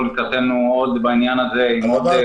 לקראתו בעניין הזה עם עוד כמה חודשים.